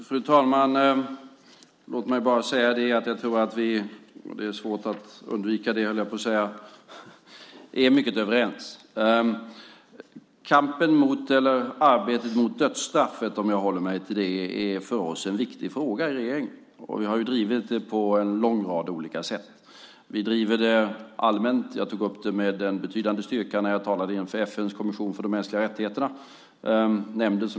Fru talman! Låt mig bara säga att vi är helt överens; det är svårt att undvika det, höll jag på att säga. Om jag håller mig till arbetet mot dödsstraffet är det viktigt för oss i regeringen. Vi har drivit det på en lång rad olika sätt. Vi driver det allmänt. Jag tog med betydande styrka upp frågan när jag talade inför FN:s kommission för de mänskliga rättigheterna.